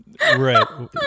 right